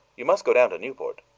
you must go down to newport.